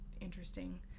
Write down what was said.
interesting